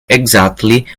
exactly